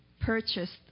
purchased